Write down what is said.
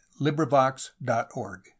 LibriVox.org